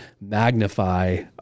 magnify